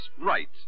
right